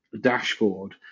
dashboard